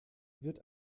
wird